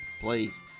please